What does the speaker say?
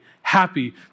happy